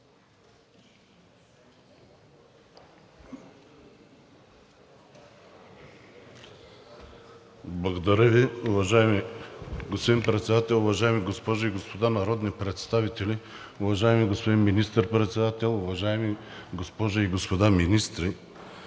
Председател. Уважаеми госпожи и господа народни представители, уважаеми господин Министър председател, уважаеми госпожи и господа министри!